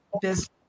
business